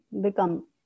become